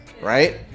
right